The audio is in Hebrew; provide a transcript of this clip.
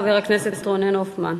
חבר הכנסת רונן הופמן,